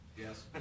Yes